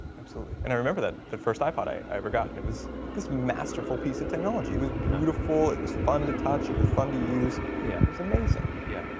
absolutely and i remember that the first ipod i ever got and it was this masterful piece of technology. it was beautiful it was fun to touch. it was fun to use. yeah, it was amazing. yeah.